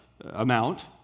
amount